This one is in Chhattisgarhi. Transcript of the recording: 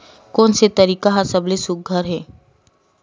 कोन से तरीका का सबले सुघ्घर हे?